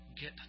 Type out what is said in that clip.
get